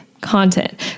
content